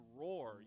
roar